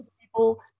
people